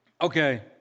Okay